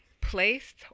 placed